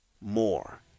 more